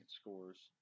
scores